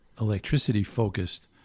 electricity-focused